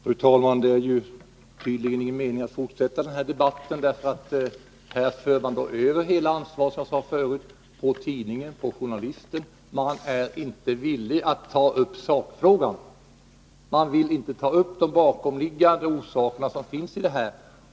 Fru talman! Det är tydligen ingen mening med att fortsätta denna debatt. Man för över hela ansvaret, som jag sade förut, på tidningen och på journalisten. Man är inte villig att ta upp sakfrågan. Man vill inte ta upp de bakomliggande orsakerna till detta.